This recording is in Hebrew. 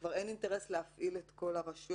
וכבר אין אינטרס להפעיל את כל הרשויות.